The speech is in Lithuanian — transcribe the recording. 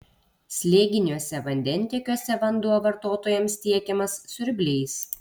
slėginiuose vandentiekiuose vanduo vartotojams tiekiamas siurbliais